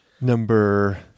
number